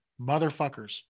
motherfuckers